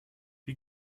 wie